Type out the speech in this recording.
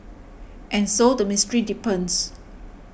and so the mystery deepens